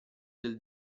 del